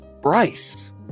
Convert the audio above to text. Bryce